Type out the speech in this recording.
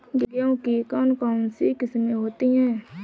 गेहूँ की कौन कौनसी किस्में होती है?